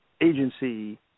agency